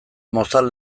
mozal